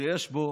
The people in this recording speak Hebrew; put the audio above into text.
שיש בו